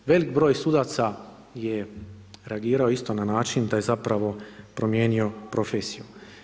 Velik broj sudaca je reagirao isto na način da je zapravo promijenio profesiju.